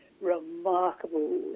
remarkable